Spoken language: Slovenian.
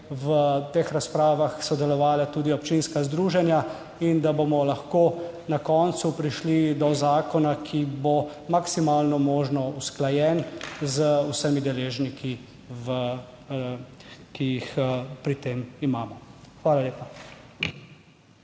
v teh razpravah sodelovala tudi občinska združenja in da bomo lahko na koncu prišli do zakona, ki bo maksimalno možno usklajen z vsemi deležniki, ki jih pri tem imamo. Hvala lepa.